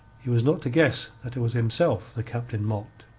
he was not to guess that it was himself the captain mocked.